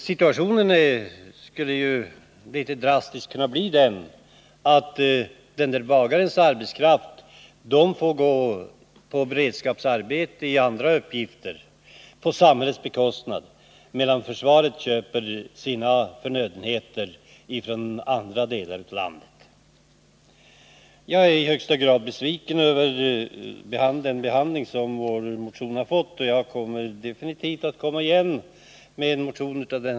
Situationen skulle ju, litet drastiskt uttryckt, kunna bli den att bagaren får syssla med andra uppgifter i ett beredskapsarbete på samhällets bekostnad medan försvaret köper sina förnödenheter från andra delar av landet. Jag är i högsta grad besviken över den behandling som vår motion har fått, och jag kommer definitivt att återkomma med en motion i samma ämne.